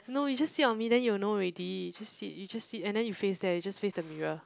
no you just sit on me then you'll know already just sit you just sit and then you face there just face the mirror